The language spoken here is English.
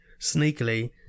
sneakily